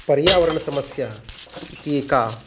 पर्यावरणसमस्या इति एका